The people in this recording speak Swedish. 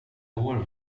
vår